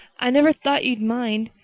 i never thought you'd mind.